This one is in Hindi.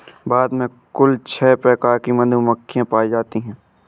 भारत में कुल छः प्रकार की मधुमक्खियां पायी जातीं है